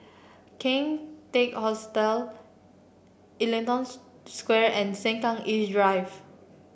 King Teck Hostel Ellington Square and Sengkang East Drive